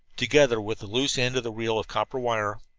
together with the loose end of the reel of copper wire.